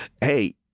Hey